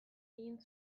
egin